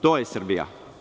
To je Srbija.